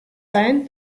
sein